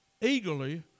eagerly